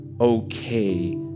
okay